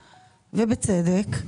ובצדק,